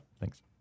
Thanks